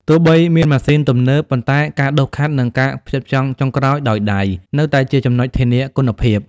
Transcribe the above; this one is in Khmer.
ទោះបីមានម៉ាស៊ីនទំនើប ប៉ុន្តែការដុសខាត់ និងការផ្ចិតផ្ចង់ចុងក្រោយដោយដៃ នៅតែជាចំណុចធានាគុណភាព។